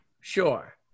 Sure